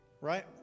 right